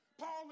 Paul